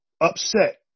upset